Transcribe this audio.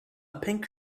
pink